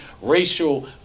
racial